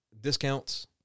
discounts